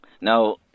Now